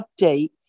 update